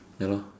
ya lor